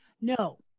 No